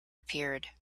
appeared